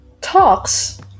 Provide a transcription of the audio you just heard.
talks